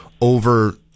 over